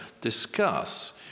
discuss